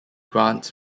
grants